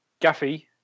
gaffy